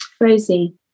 Rosie